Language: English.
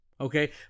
okay